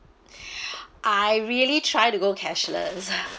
I really try to go cashless